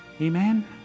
Amen